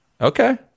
Okay